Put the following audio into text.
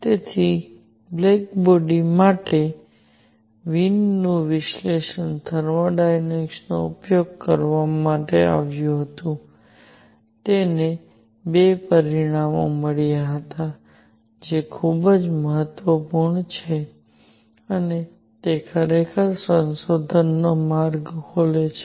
તેથી black body radiation માટે વિનનું વિશ્લેષણ થર્મોડાયનેમિક્સનો ઉપયોગ કરીને કરવામાં આવ્યું હતું અને તેને 2 પરિણામો મળ્યા હતા જે ખૂબ જ મહત્વપૂર્ણ છે અને તે ખરેખર સંશોધનનો માર્ગ ખોલે છે